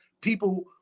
people